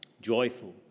Joyful